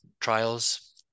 trials